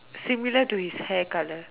similar to his hair colour